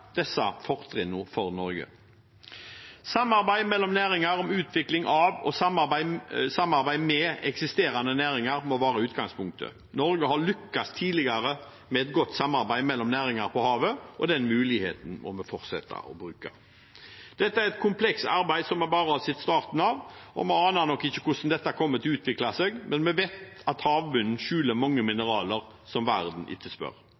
disse fortrinnene for Norge. Samarbeid mellom næringer om utvikling og samarbeid med eksisterende næringer må være utgangspunktet. Norge har lyktes tidligere med et godt samarbeid mellom næringer på havet, og den muligheten må vi fortsette å bruke. Dette er et komplekst arbeid som vi bare har sett starten av, og vi aner nok ikke hvordan dette kommer til å utvikle seg. Men vi vet at havbunnen skjuler mange mineraler som verden etterspør.